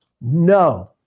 no